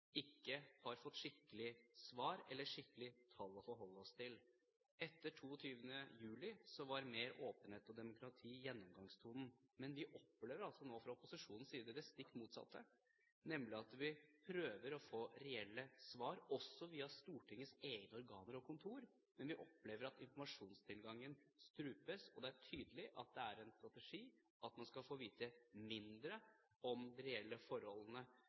vi opplever altså nå fra opposisjonens side det stikk motsatte. Vi prøver å få reelle svar, også via Stortingets egne organer og kontor, men vi opplever at informasjonstilgangen strupes, og det er tydelig at det er en strategi at man skal få vite mindre om de reelle forholdene,